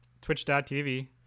twitch.tv